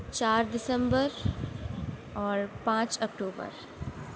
چار دسمبر اور پانچ اکٹوبر